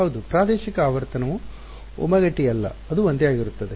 ಹೌದು ಪ್ರಾದೇಶಿಕ ಆವರ್ತನವು ಒಮೆಗಾ ಟಿ ಅಲ್ಲ ಅದು ಒಂದೇ ಆಗಿರುತ್ತದೆ